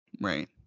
Right